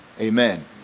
amen